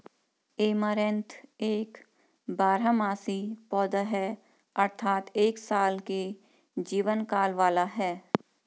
amaranth एक बारहमासी पौधा है अर्थात एक साल के जीवन काल वाला है